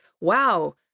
Wow